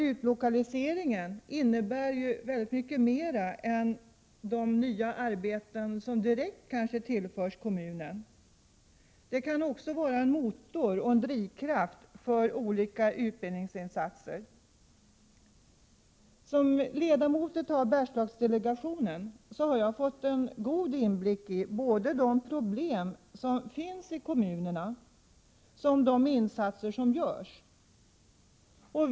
Utlokaliseringen innebär ju väldigt mycket mera än de nya arbeten som direkt tillförs kommunen. Den kan också vara en motor och en drivkraft för olika utbildningsinsatser. Som ledamot av Bergslagsdelegationen har jag fått en god inblick i såväl de problem som finns i kommunerna som i de insatser som görs.